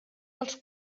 dels